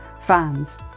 fans